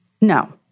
No